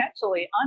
potentially